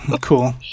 Cool